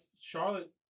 Charlotte